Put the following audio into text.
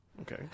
okay